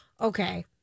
Okay